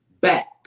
back